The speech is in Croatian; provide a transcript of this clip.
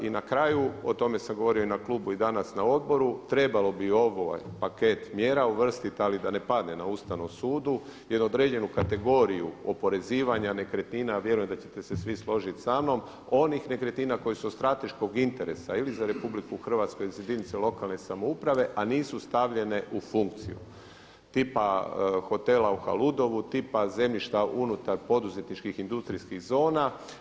I na kraju, o tome sam govorio i na klubu i danas na odboru trebalo bi ovaj paket mjera uvrstit ali da ne padne na Ustavnom sudu jer određenu kategoriju oporezivanja nekretnina a vjerujem da ćete se svi složit samnom onih nekretnina koje su od strateškog interesa ili za RH ili za jedinice lokalne samouprave a nisu stavljene u funkciju tipa hotela u Haludovom, tipa zemljišta unutar poduzetničkih industrijskih zona.